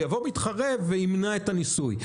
אבל יבוא מתחרה וימנע את הניסוי.